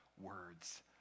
words